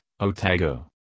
otago